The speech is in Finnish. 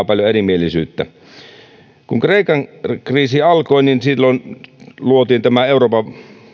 paljon erimielisyyttä kun kreikan kriisi alkoi niin silloin luotiin euroopan